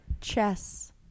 Chess